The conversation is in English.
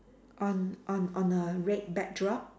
on on on a red backdrop